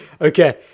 Okay